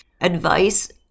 Advice